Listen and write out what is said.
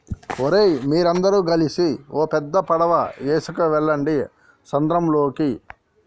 ఓరై మీరందరు గలిసి ఓ పెద్ద పడవ ఎసుకువెళ్ళండి సంద్రంలోకి